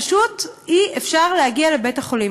פשוט אי-אפשר להגיע לבית-החולים.